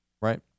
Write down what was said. right